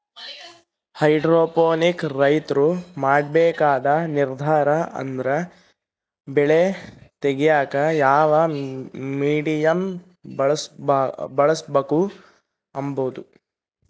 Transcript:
hydroponic ರೈತ್ರು ಮಾಡ್ಬೇಕಾದ ನಿರ್ದಾರ ಅಂದ್ರ ಬೆಳೆ ತೆಗ್ಯೇಕ ಯಾವ ಮೀಡಿಯಮ್ ಬಳುಸ್ಬಕು ಅಂಬದು